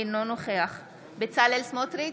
אינו נוכח בצלאל סמוטריץ'